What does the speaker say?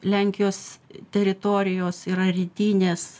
lenkijos teritorijos yra rytinės